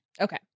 Okay